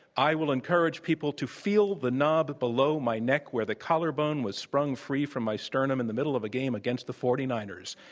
i will encourage people to feel the knob below my neck where the collarbone was sprung free from my sternum in the middle of a game against the forty nine ers.